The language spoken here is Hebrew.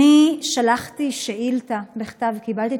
שלחתי שאילתה בכתב וקיבלתי,